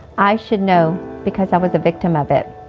i should know because i was the victim of it.